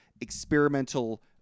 experimental